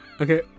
Okay